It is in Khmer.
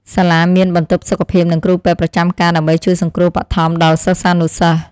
សាលាមានបន្ទប់សុខភាពនិងគ្រូពេទ្យប្រចាំការដើម្បីជួយសង្គ្រោះបឋមដល់សិស្សានុសិស្ស។